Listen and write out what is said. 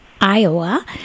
Iowa